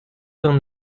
vingt